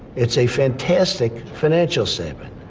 it's a fantastic financial statement.